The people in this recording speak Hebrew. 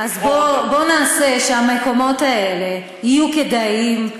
אז בוא נעשה שהמקומות האלה יהיו כדאיים,